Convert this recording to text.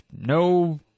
no